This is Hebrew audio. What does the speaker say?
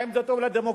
האם זה טוב לדמוקרטיה,